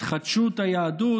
להתחדשות היהדות,